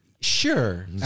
sure